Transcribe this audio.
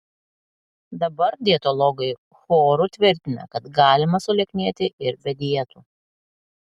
dabar dietologai choru tvirtina kad galima sulieknėti ir be dietų